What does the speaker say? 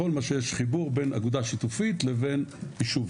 כל מה שיש חיבור בין אגודה שיתופית לבין יישוב.